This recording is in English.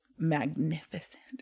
magnificent